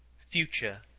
future,